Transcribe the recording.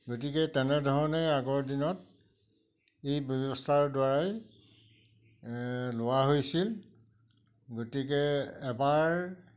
গতিকে তেনেধৰণেই আগৰ দিনত এই ব্যৱস্থাৰ দ্বাৰাই লোৱা হৈছিল গতিকে এবাৰ